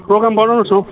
programme बनाउनुहोस् न हौ